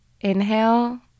inhale